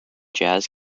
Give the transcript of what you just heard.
jazz